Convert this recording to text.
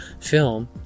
film